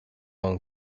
own